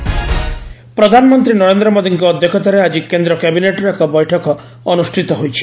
cabinet meeting ପ୍ରଧାନମନ୍ତ୍ରୀ ନରେନ୍ଦ୍ର ମୋଦିଙ୍କ ଅଧ୍ୟକ୍ଷତାରେ ଆଜି କେନ୍ଦ୍ର କ୍ୟାବିନେଟ୍ର ଏକ ବୈଠକ ଅନୁଷ୍ଠିତ ହୋଇଛି